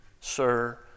sir